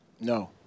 No